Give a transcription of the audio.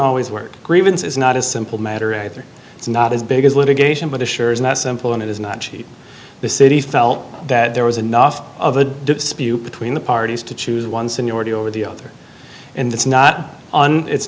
always work grievance is not a simple matter either it's not as big as litigation but it sure isn't that simple and it is not cheap the city felt that there was enough of a dispute between the parties to choose one seniority over the other and it's not